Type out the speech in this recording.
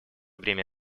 бремя